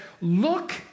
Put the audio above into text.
look